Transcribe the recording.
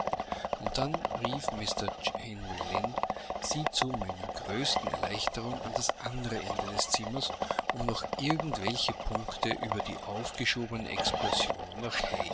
und dann rief mr henry lynn sie zu meiner größten erleichterung an das andere ende des zimmers um noch irgend welche punkte über die aufgeschobene excursion